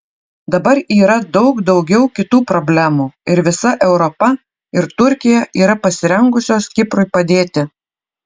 dabar yra daug daugiau kitų problemų ir visa europa ir turkija yra pasirengusios kiprui padėti